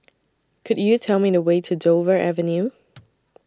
Could YOU Tell Me The Way to Dover Avenue